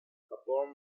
carbon